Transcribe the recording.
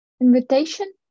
Invitation